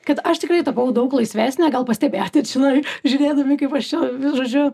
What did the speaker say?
kad aš tikrai tapau daug laisvesnė gal pastebėjote čionai žiūrėdami kaip aš čia žodžiu